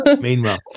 Meanwhile